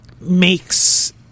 makes